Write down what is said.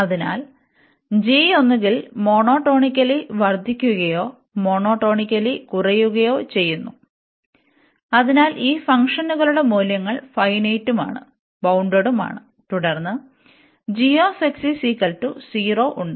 അതിനാൽ g ഒന്നുകിൽ monotonically വർദ്ധിക്കുകയോ മോനോടോണിക്കലി കുറയുകയോ ചെയ്യുന്നു അതിനാൽ ഈ ഫംഗ്ഷനുകളുടെ മൂല്യങ്ങൾ ഫൈനെറ്റുമാണ് ബൌൺഡടുമാണ് തുടർന്ന് ഉണ്ട്